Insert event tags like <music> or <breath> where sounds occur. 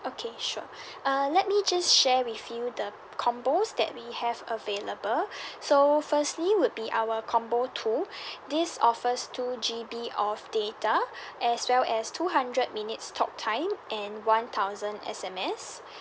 okay sure <breath> uh let me just share with you the combos that we have available <breath> so firstly would be our combo two <breath> this offers two G_B of data <breath> as well as two hundred minutes talk time and one thousand S_M_S <breath>